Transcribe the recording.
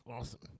Awesome